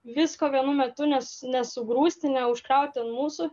visko vienu metu nes nesugrūsti neužkrauti ant mūsų